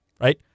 right